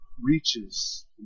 reaches